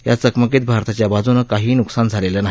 या चकमकीत भारताच्या बाजूने काहीही न्कसान झालेलं नाही